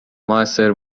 موثر